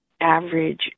average